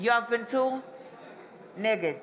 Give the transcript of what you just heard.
נגד